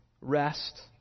rest